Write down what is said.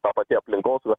ta pati aplinkosauga